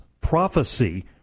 prophecy